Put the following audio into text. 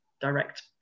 direct